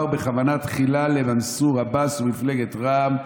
בכוונה תחילה למנסור עבאס ומפלגת רע"מ,